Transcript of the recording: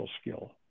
skill